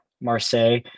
Marseille